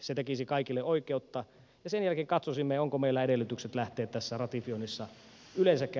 se tekisi kaikille oikeutta ja sen jälkeen katsoisimme onko meillä edellytykset lähteä tässä ratifioinnissa yleensäkään etenemään